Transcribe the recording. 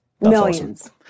millions